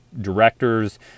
directors